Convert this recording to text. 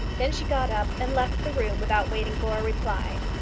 then she got up and left the room without waiting for a reply.